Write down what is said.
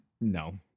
no